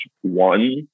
one